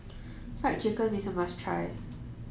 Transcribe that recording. fried chicken is a must try